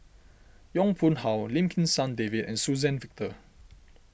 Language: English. Yong Pung How Lim Kim San David and Suzann Victor